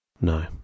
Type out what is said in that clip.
No